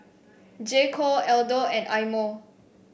J Co Aldo and Eye Mo